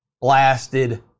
Blasted